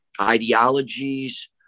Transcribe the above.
ideologies